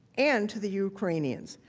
and to the ukrainians.